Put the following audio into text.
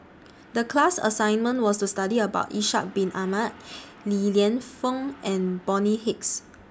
The class assignment was to study about Ishak Bin Ahmad Li Lienfung and Bonny Hicks